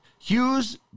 Hughes